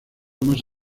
más